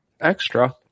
extra